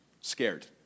scared